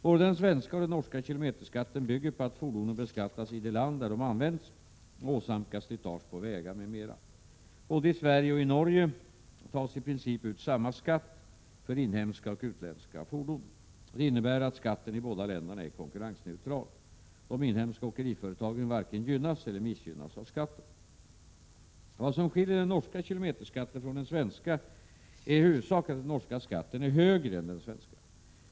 Både den svenska och den norska kilometerskatten bygger på att fordonen beskattas i det land där de används och åsamkar slitage på vägar m.m. Både i Sverige och i Norge uttas i princip samma skatt för inhemska och utländska fordon. Detta innebär att skatten i båda länderna är konkurrensneutral. De inhemska åkeriföretagen varken gynnas eller missgynnas av skatten. Vad som skiljer den norska kilometerskatten från den svenska är i huvudsak att den norska skatten är högre än den svenska.